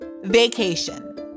vacation